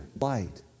Light